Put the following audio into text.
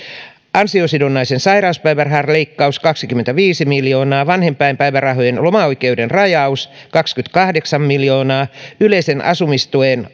ansiosidonnaisen sairauspäivärahan leikkaus kaksikymmentäviisi miljoonaa vanhempainpäivärahojen lomaoikeuden rajaus kaksikymmentäkahdeksan miljoonaa yleisen asumistuen